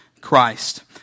Christ